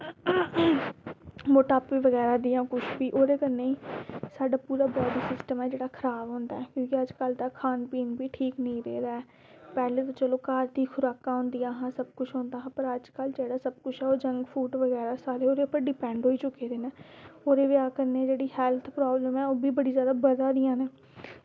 मोटापे बगैरा दियां कुछ बी एह्दे कन्नै साढ़ा जेह्ड़ा पूरा सिस्टम ऐ ओह् खराब होंदा ते अजकल्ल दा खान पान बी ठीक नेईं रेह् दा ऐ पैह्लें दे चलो घर दियां खुराकां होंदियां हियां पर अजकल्ल ते सारे एह्दे पर डिपैंड होई चुके दे न एह्दे कन्नै जेह्डी हेल्थ प्रॉब्लमां न ओह्बी बधा दियां न